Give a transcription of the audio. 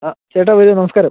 ആ ചേട്ടാ വരൂ നമസ്കാരം